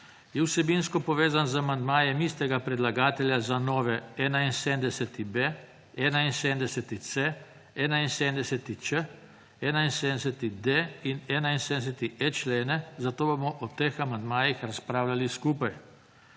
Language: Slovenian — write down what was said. je vsebinsko povezan z amandmajem istega predlagatelja za nove 71.b, 71.c, 71.č, 71.d in 71. e člene, zato bomo o teh amandmajih razpravljali skupaj.